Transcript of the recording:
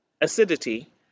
acidity